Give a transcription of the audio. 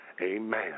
amen